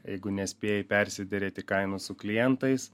jeigu nespėji persiderėti kainų su klientais